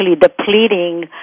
depleting